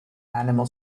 animal